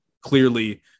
clearly